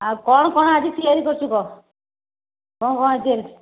ଆଉ କ'ଣ କ'ଣ ଆଜି ତିଆରି କରିଛୁ କହ କ'ଣ କ'ଣ